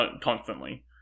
constantly